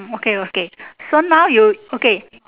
okay okay so now you okay